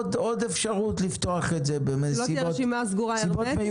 זאת הרשימה הסגורה הרמטית.